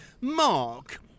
Mark